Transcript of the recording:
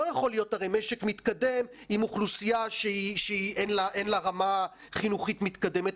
לא יכול להיות הרי משק מתקדם עם אוכלוסייה שאין לה רמה חינוכית מתקדמת.